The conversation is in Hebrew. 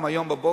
גם היום בבוקר,